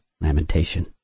lamentation